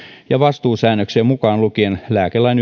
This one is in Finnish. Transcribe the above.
ja vastuusäännöksiä mukaan lukien lääkelain